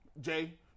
Jay